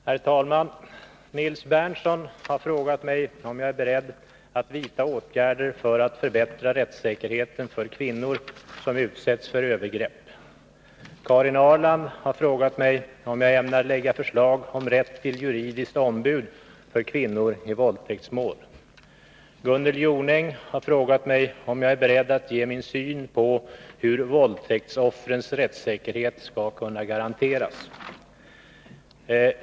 Herr talman! Nils Berndtson har frågat mig om jag är beredd att vidta åtgärder för att förbättra rättssäkerheten för kvinnor som utsätts för övergrepp. Karin Ahrland har frågat mig om jag ämnar lägga förslag om rätt till juridiskt ombud för kvinnor i våldtäktsmål. Gunnel Jonäng har frågat mig om jag är beredd att ge min syn på hur våldtäktsoffrens rättssäkerhet skall kunna garanteras.